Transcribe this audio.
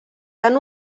tant